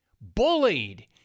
Bullied